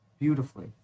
beautifully